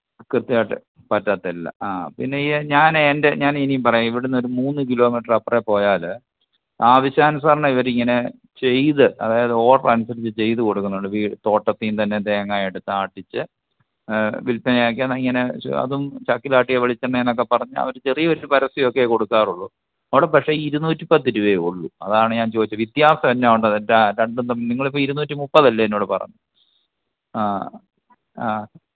കൃത്യമായിട്ട് പറ്റത്തില്ല ആ പിന്നെയീ ഞാനെ എന്റെ ഞാനിനീം പറയാം ഇവിടുന്നൊരു മൂന്ന് കിലോമീറ്ററപ്പുറത്ത് പോയാൽ ആവശ്യാനുസരണം ഇവരിങ്ങനെ ചെയ്ത് അതായത് ഓഡറനുസരിച്ച് ചെയ്ത് കൊടുക്കുന്നുണ്ട് വീ തോട്ടത്തീന്ന് തന്നെ തേങ്ങായെടുത്ത് ആട്ടിച്ച് വില്പനയാക്കി അതിങ്ങനെ ചൊ അതും ചക്കിലാട്ടിയ വെളിച്ചെണ്ണെന്നെക്കെ പറഞ്ഞ് അവർ ചെറിയൊരു പരസ്യവൊക്കെ കൊടുക്കാറുള്ളൂ അവിടെ പക്ഷേ ഇരുനൂറ്റിപ്പത്ത് രൂപയെ ഉള്ളൂ അതാണ് ഞാന് ചോദിച്ചത് വിത്യാസം എന്നാ ഉണ്ടെന്നെച്ചാൽ രണ്ടും തമ്മില് നിങ്ങളിപ്പം ഇരുനൂറ്റിമുപ്പതല്ലെ എന്നോട് പറഞ്ഞത് ആ ആ